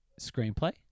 Screenplay